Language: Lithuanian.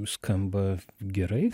skamba gerai